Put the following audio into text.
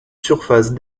surfaces